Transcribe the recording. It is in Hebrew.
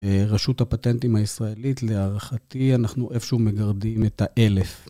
רשות הפטנטים הישראלית, להערכתי אנחנו איפשהו מגרדים את האלף.